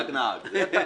הוא בעד?